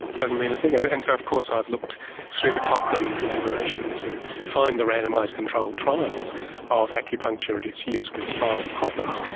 doesn't mean a thing. and and so of course i've looked through the cochrane collaboration to find the randomised controlled trials of acupuncture and its use with spinal problems,